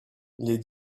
les